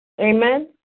Amen